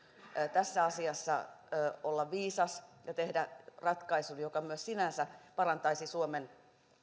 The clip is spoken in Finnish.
tässä asiassa olla viisas ja tehdä ratkaisun joka myös sinänsä parantaisi suomen